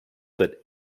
that